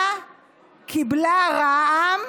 מה קיבלה רע"מ